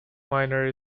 miner